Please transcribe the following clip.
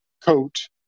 coat